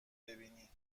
ببینی